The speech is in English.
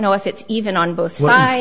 know if it's even on both why